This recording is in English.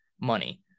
money